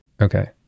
Okay